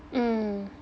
mm